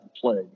play